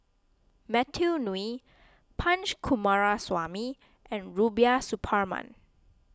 Matthew Ngui Punch Coomaraswamy and Rubiah Suparman